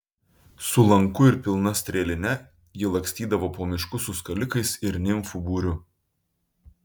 su lanku ir pilna strėline ji lakstydavo po miškus su skalikais ir nimfų būriu